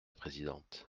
présidente